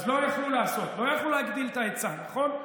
אז לא יכלו לעשות, לא יכלו להגדיל את ההיצע, נכון?